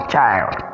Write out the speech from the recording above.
Child